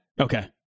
Okay